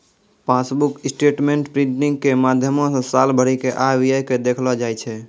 passbook statement printing के माध्यमो से साल भरि के आय व्यय के देखलो जाय छै